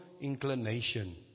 inclination